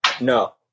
no